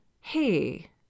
hey